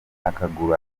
akaguru